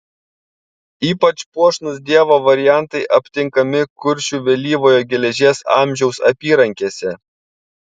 ypač puošnūs dievo variantai aptinkami kuršių vėlyvojo geležies amžiaus apyrankėse